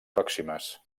pròximes